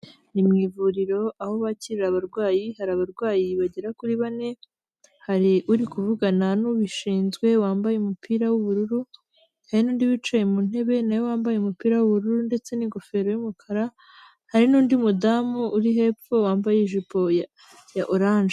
Ni mu ivuriro aho bakira abarwayi, hari abarwayi bagera kuri bane, hari uri kuvugana n'ubishinzwe wambaye umupira w'ubururu, hari n'undi wicaye mu ntebe na we wambaye umupira w'ubururu ndetse n'ingofero y'umukara, hari n'undi mudamu uri hepfo wambaye ijipo ya orange.